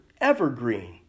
evergreen